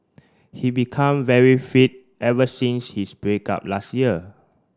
he become very fit ever since his break up last year